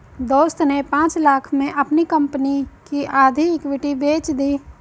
दोस्त ने पांच लाख़ में अपनी कंपनी की आधी इक्विटी बेंच दी